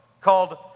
called